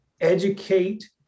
educate